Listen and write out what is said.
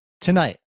tonight